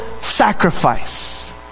sacrifice